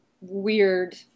weird